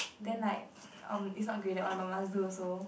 then like um it's not graded one lor just do also